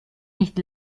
nicht